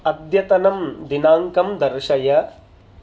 अद्यतनं दिनाङ्कं दर्शय